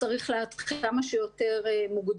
בדברים האלה צריך להתחיל כמה שיותר מוקדם.